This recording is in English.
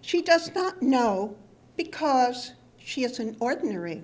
she does not know because she has an ordinary